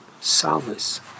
solace